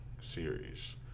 series